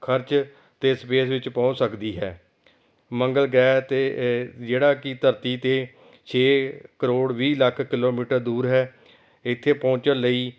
ਖਰਚ 'ਤੇ ਸਪੇਸ ਵਿੱਚ ਪਹੁੰਚ ਸਕਦੀ ਹੈ ਮੰਗਲ ਗ੍ਰਹਿ 'ਤੇ ਜਿਹੜਾ ਕਿ ਧਰਤੀ ਤੋਂ ਛੇ ਕਰੋੜ ਵੀਹ ਲੱਖ ਕਿਲੋਮੀਟਰ ਦੂਰ ਹੈ ਇੱਥੇ ਪਹੁੰਚਣ ਲਈ